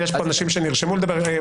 יש כאן אנשים שנרשמו לדבר.